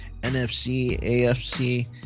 NFC-AFC